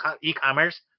e-commerce